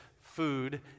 food